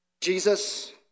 Jesus